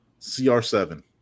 CR7